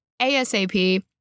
ASAP